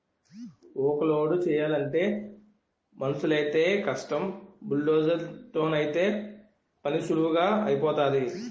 ఊక లోడు చేయలంటే మనుసులైతేయ్ కష్టం బుల్డోజర్ తోనైతే పనీసులువుగా ఐపోతాది